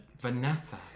Vanessa